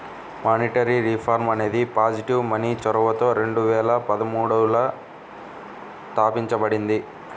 monetary reform అనేది positive money చొరవతో రెండు వేల పదమూడులో తాపించబడింది